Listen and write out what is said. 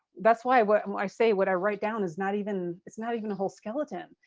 that's why what um i say, what i write down is not even, it's not even a whole skeleton.